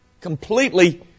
completely